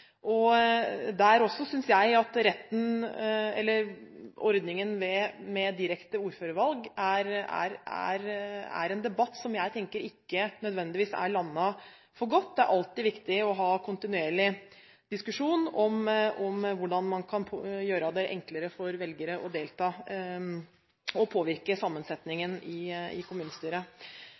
også at ordningen med direkte ordførervalg er en debatt som ikke nødvendigvis er landet for godt. Det er viktig å ha en kontinuerlig diskusjon om hvordan man kan gjøre det enklere for velgere å delta og å påvirke sammensetningen av kommunestyret.